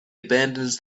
abandons